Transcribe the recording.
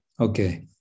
Okay